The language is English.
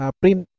print